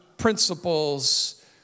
principles